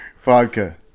Vodka